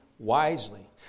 Wisely